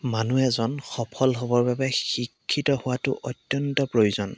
মানুহ এজন সফল হ'বৰ বাবে শিক্ষিত হোৱাতো অত্যন্ত প্ৰয়োজন